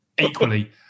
equally